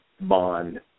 bond